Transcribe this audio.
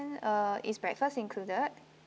then uh is breakfast included